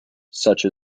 such